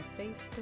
Facebook